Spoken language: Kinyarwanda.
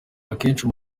akenshi